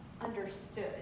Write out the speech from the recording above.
understood